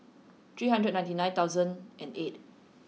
three hundred ninety nine thousand and eight